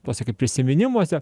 tokiuose kaip prisiminimuose